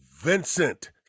vincent